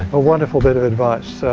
a wonderful bit of advice.